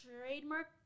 trademark